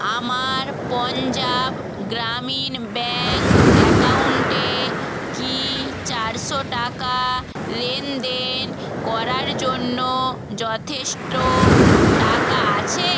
আমার পঞ্জাব গ্রামীণ ব্যাংক অ্যাকাউন্টে কি চারশো টাকা লেনদেন করার জন্য যথেষ্ট টাকা আছে